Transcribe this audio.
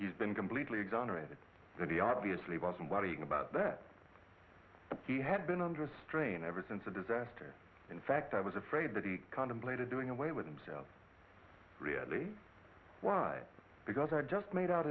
been completely exonerated and he obviously wasn't watching about that he had been under a strain ever since the disaster in fact i was afraid that he contemplated doing away with himself really why because i just made out